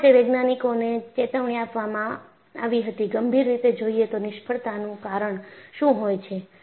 આ રીતે વૈજ્ઞાનિકોને ચેતવણી આપવામાં આવી હતી ગંભીર રીતે જોઈએ તો નિષ્ફળતાનું કારણ શું હોય છે